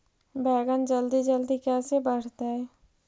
बैगन जल्दी जल्दी कैसे बढ़तै?